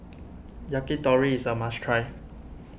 Yakitori is a must try